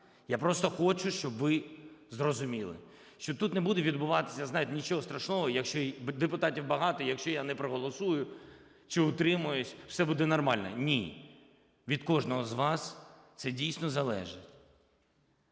Я просто хочу, щоб ви зрозуміли, що тут не буде відбуватися, знаєте, нічого страшного, депутатів багато, якщо я не проголосую чи утримаюсь, все буде нормально. Ні, від кожного з вас це дійсно залежить.